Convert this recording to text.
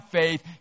faith